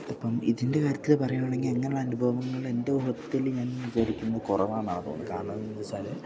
ഇപ്പം ഇതിൻ്റെ കാര്യത്തിൽ പറയുകയാണെങ്കില് ഇങ്ങനെയുള്ള അനുഭവങ്ങൾ എൻ്റെ ഊഹത്തില് ഞാൻ വിചാരിക്കുന്നു കുറവാണെന്നാണ് തോന്നുന്നത് കാരണമെന്തെന്നുവെച്ചാല്